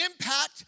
impact